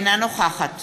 אינה נוכחת